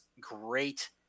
great